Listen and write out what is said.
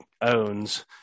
owns